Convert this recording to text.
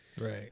right